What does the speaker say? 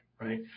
Right